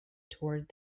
toward